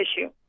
issue